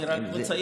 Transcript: אני רק מציין,